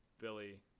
Billy